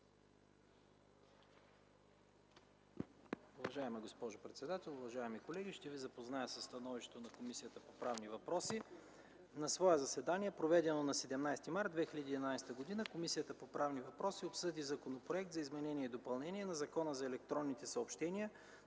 Уважаема госпожо председател, уважаеми колеги! Ще ви запозная със становището на Комисията по правни въпроси. „На свое заседание, проведено на 17 март 2011 г., Комисията по правни въпроси обсъди Законопроект за изменение и допълнение на Закона за електронните съобщения,